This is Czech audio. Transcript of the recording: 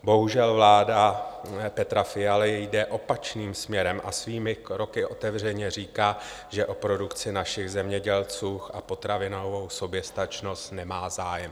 Bohužel, vláda Petra Fialy jde opačným směrem a svými kroky otevřeně říká, že o produkci našich zemědělců a potravinovou soběstačnost nemá zájem.